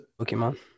Pokemon